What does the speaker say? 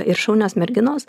ir šaunios merginos